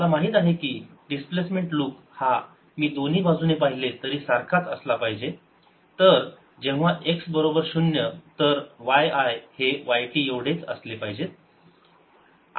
मला माहित आहे की डिस्प्लेसमेंट लूक हा मी दोन्ही बाजूने पाहिले तरी सारखाच असला पाहिजे तर जेव्हा x 0 तर yi हे yt एवढेच असले पाहिजे